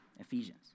ephesians